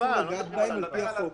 שאסור לגעת בהם לפי החוק.